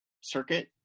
circuit